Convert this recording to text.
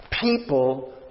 People